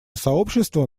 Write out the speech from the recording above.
сообщество